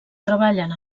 treballen